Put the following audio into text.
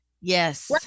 yes